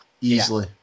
easily